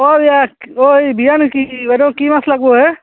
অঁ ইয়াক অঁ বিয়া নেকি বাইদেউ কি মাছ লাগবো হে